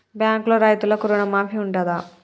బ్యాంకులో రైతులకు రుణమాఫీ ఉంటదా?